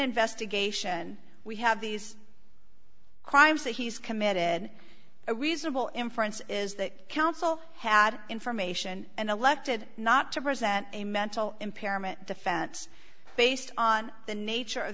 investigation we have these crimes that he's committed a reasonable inference is that counsel had information and elected not to present a mental impairment defense based on the nature of